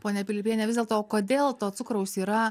ponia pilipiene vis dėlto o kodėl to cukraus yra